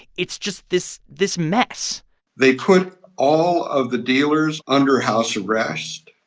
it's just this this mess they put all of the dealers under house arrest,